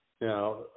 Now